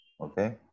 okay